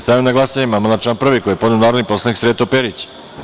Stavljam na glasanje amandman na član 1. koji je podneo narodni poslanik Sreto Perić.